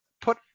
put